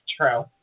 true